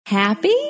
Happy